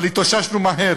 אבל התאוששנו מהר